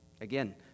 Again